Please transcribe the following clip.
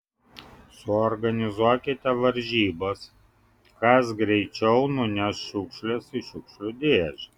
suorganizuokite varžybas kas greičiau nuneš šiukšles į šiukšlių dėžę